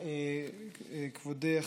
כבודך,